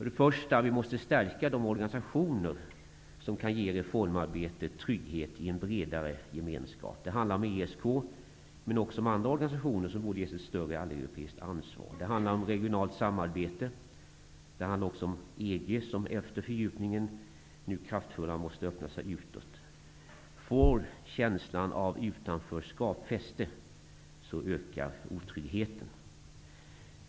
Vi måste för det första stärka de organisationer som kan ge reformarbetet trygghet i en bredare gemenskap. Det handlar om ESK, men också om andra organisationer som borde ges ett större alleuropeiskt ansvar. Det handlar om regionalt samarbete. Det handlar också om EG som efter fördjupningen nu mer kraftfullt måste öppna sig utåt. Om känslan av utanförskap får fäste, ökar otryggheten.